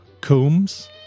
Combs